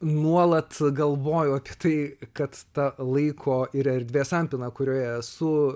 nuolat galvoju apie tai kad ta laiko ir erdvės sampyna kurioje esu